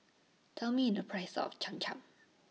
Tell Me The Price of Cham Cham